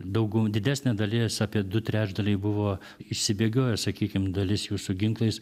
daug didesnė dalis apie du trečdaliai buvo išsibėgioję sakykime dalis jų su ginklais